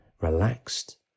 Relaxed